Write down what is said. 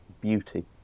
beauty